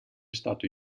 stato